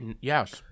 Yes